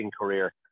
career